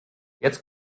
jetzt